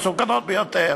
מסוכנות ביותר.